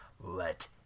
Let